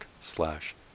slash